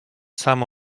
some